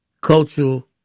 cultural